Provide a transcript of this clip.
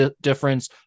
difference